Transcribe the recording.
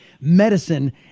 medicine